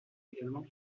également